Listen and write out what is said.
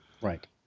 Right